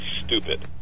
stupid